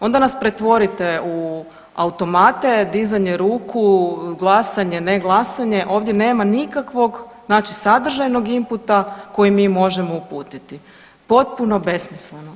Onda nas pretvorite u automate, dizanje ruku, glasanje, ne glasanje ovdje nema nikakvog znači sadržajnog inputa koji mi možemo uputiti, potpuno besmisleno.